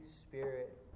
spirit